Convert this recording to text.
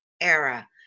era